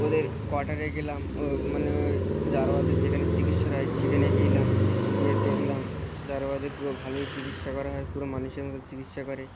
ওদের কোয়াটারে গেলাম ও মানে ওই জারোয়াদের যেখানে চিকিৎসা হয় সেখানে গেলাম গিয়ে দেখলাম জারোয়াদের পুরো ভালোই চিকিৎসা করা হয় পুরো মানুষের মতো চিকিৎসা করে